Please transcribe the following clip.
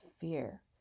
fear